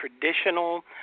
traditional